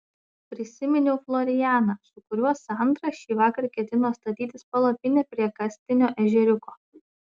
prisiminiau florianą su kuriuo sandra šįvakar ketino statytis palapinę prie kastinio ežeriuko